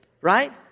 right